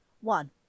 One